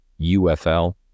UFL